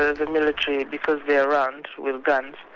ah the military, because they're around, with guns,